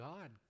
God